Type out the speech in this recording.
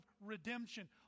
redemption